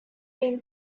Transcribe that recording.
been